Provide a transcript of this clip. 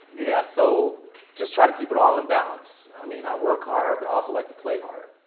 yeah, so just try to keep it all in balance. i mean, i work hard. but i also like to play hard.